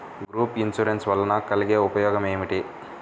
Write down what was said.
Group insurance వలన కలిగే ఉపయోగమేమిటీ?